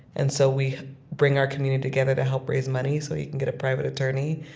and so we bring our community together to help raise money so he can get a private attorney,